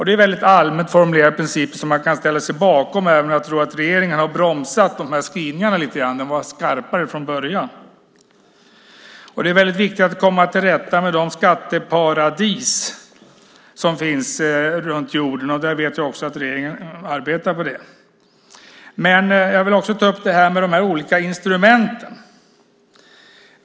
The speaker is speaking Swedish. Det är väldigt allmänt formulerade principer som man kan ställa sig bakom här, men jag tror att regeringen har bromsat de här skrivningarna lite grann. De var skarpare från början. Det är väldigt viktigt att komma till rätta med de skatteparadis som finns runt jorden. Jag vet också att regeringen arbetar på det. Jag vill också ta upp de olika instrumenten.